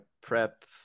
prep